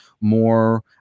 more